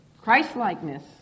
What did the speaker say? Christlikeness